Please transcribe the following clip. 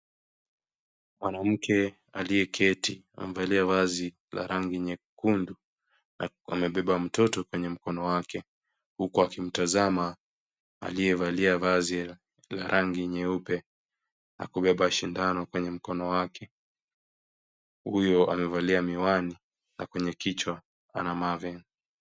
Mwanamke aliyeketi amevalia vazi la rangi nyekundu. Amebeba mtoto kwenye mkono wake huku akimtazama aliyevalia vazi la rangi nyeupe na kubeba shindano kwenye mkono wake. Huyo amevalia miwani na kwenye kichwa ana marvin .